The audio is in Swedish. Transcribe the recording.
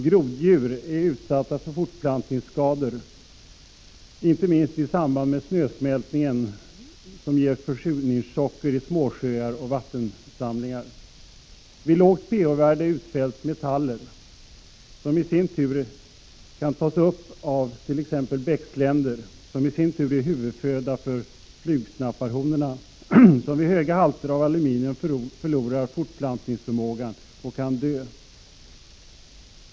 Groddjur är utsatta för fortplantningsskador, inte minst i samband med att snösmältningen ger försurningschocker i småsjöar och vattensamlingar. Vid lågt pH-värde utfälls metaller. Så tas t.ex. aluminium upp genom födan av bäcksländor, som i sin tur är huvudföda för flugsnapparhonorna, som vid höga halter av aluminium förlorar fortplantningsförmågan och kan dö.